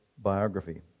biography